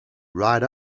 right